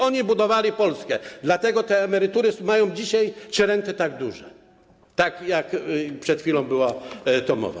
Oni budowali Polskę, dlatego te emerytury czy renty mają dzisiaj tak duże, tak jak przed chwilą była o tym mowa.